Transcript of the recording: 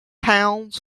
pounds